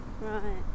Right